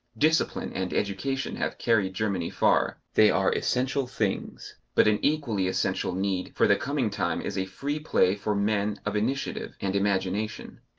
discipline and education have carried germany far they are essential things, but an equally essential need for the coming time is a free play for men of initiative and imagination.